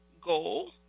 goal